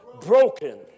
broken